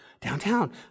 downtown